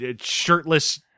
shirtless